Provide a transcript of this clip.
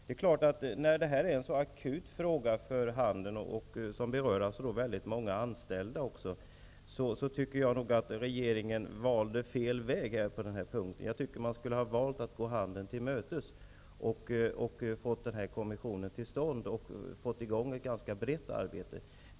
Eftersom det här är en så akut fråga för handeln och även berör väldigt många anställda tycker jag att regeringen valde fel väg på den punkten. Jag tycker att man skulle ha valt att gå handeln till mötes, tillsatt kommissionen och satt i gång ett ganska brett arbete.